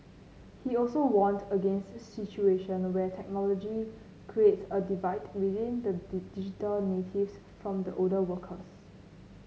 he also warned against situation where technology creates a divide within the digital natives from the older workers